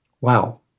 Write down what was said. Wow